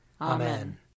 Amen